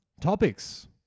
topics